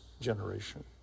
generation